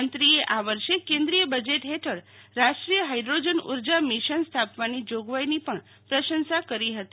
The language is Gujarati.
મંત્રી આ વર્ષે કેન્દ્રિય બજેટ હેઠળ રાષ્ટ્રીય હાઈડ્રોજન ઉર્જા મિશન સ્થાપવાની જોગવાઈની પણ પ્રશાંસા કરી હતી